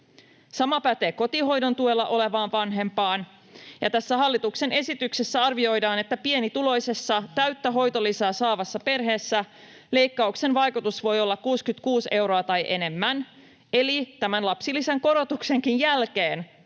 Sama pätee kotihoidon tuella olevaan vanhempaan, ja tässä hallituksen esityksessä arvioidaan, että pienituloisessa täyttä hoitolisää saavassa perheessä leikkauksen vaikutus voi olla 66 euroa tai enemmän, eli tämän lapsilisän korotuksenkin jälkeen